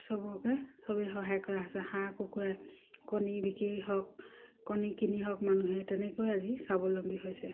চবকে চবেই সহায় কৰা হৈছে হাঁহ কুকুৰা কণী বিক্ৰী হওক কণী কিনি হওক মানুহে তেনেকৈ আজি স্বাৱলম্বী হৈছে